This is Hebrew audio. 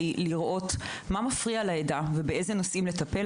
לראות מה מפריע לעדה ובאלו נושאים לטפל.